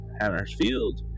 Hammersfield